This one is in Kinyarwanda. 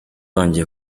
wongeye